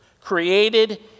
created